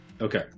Okay